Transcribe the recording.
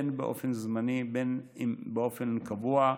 אם באופן זמני ואם באופן קבוע,